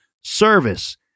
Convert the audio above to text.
service